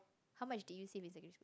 how much did you save in secondary school